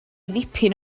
dipyn